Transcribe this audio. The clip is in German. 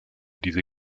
diese